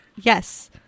yes